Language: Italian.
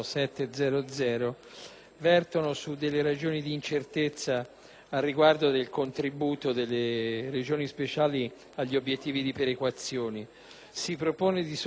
grazie.